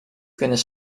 kunnen